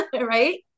right